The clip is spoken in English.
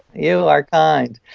you are kind.